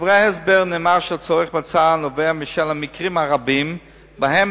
בדברי ההסבר נאמר שהצורך בהצעה נובע מהמקרים הרבים שבהם